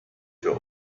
für